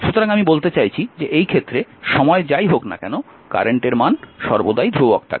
সুতরাং আমি বলতে চাইছি যে এই ক্ষেত্রে সময় যাই হোক না কেন কারেন্টের মান সর্বদাই ধ্রুবক হবে